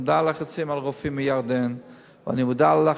אני מודע ללחצים,